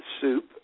soup